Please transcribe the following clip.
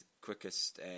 quickest